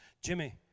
Jimmy